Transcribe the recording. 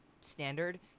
standard